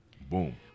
boom